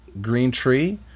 greentree